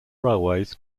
railways